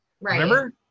Remember